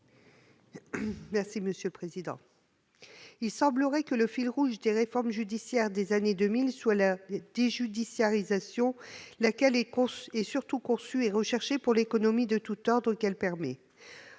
Mme Michelle Gréaume. Il semblerait que le fil rouge des réformes judiciaires des années 2000 soit la déjudiciarisation, laquelle est surtout conçue et recherchée pour les économies de tout ordre qu'elle permet.